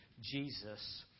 Jesus